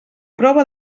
prova